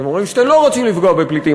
אתם אומרים שאתם לא רוצים לפגוע בפליטים,